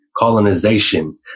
colonization